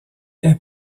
est